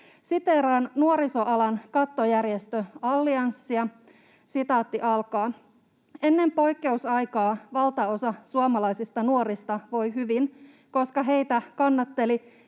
Siteeraan nuorisoalan kattojärjestö Allianssia: ”Ennen poikkeusaikaa valtaosa suomalaisista nuorista voi hyvin, koska heitä kannatteli